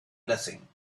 blessing